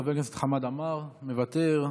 חבר הכנסת חמד עמאר, מוותר,